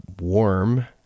warm